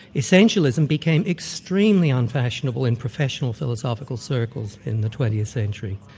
essentialism became extremely unfashionable in professional philosophical circles in the twentieth century.